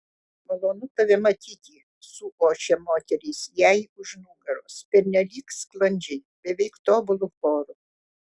malonu tave matyti suošė moterys jai už nugaros pernelyg sklandžiai beveik tobulu choru